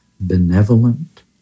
Benevolent